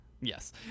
yes